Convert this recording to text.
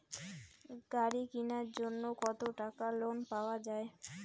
গাড়ি কিনার জন্যে কতো টাকা লোন পাওয়া য়ায়?